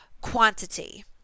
quantity